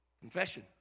Confession